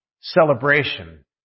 celebration